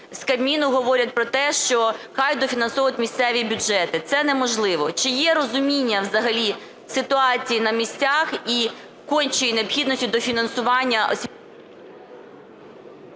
з Кабміну говорять про те, що хай дофінансовують місцеві бюджети, це неможливо. Чи є розуміння взагалі ситуації на місцях і кончої необхідності дофінансуванння?